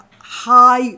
high